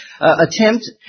attempt